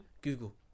Google